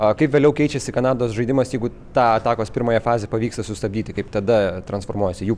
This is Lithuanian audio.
a kaip vėliau keičiasi kanados žaidimas jeigu tą atakos pirmąją fazę pavyksta sustabdyti kaip tada transformuojasi jų